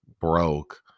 broke